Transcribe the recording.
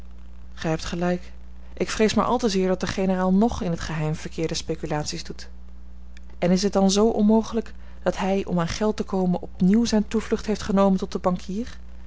gij hebt gelijk ik vrees maar al te zeer dat de generaal ng in t geheim verkeerde speculaties doet en is het dan zoo onmogelijk dat hij om aan geld te komen opnieuw zijne toevlucht heeft genomen tot den bankier